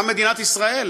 גם מדינת ישראל,